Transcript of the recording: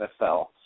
NFL